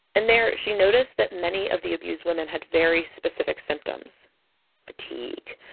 and there, she noticed that many of the abused women had very specific symptoms fatigue,